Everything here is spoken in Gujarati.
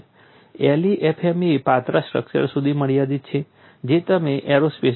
LEFM એ પાતળા સ્ટ્રક્ચર સુધી મર્યાદિત છે જે તમે એરોસ્પેસમાં જુઓ છો